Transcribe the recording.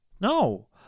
No